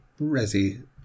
resi